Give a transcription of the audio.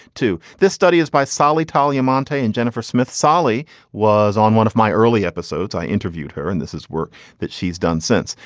too. this study is by sally taleo, monta and jennifer smith. sally was on one of my early episodes. i interviewed her. and this is work that she's done since.